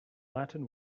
latin